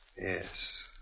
Yes